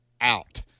out